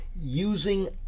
using